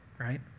right